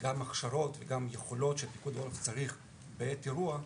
התחילו עבודות מטה ברמה קצת יותר פרטנית,